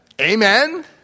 amen